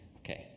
okay